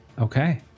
Okay